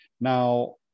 Now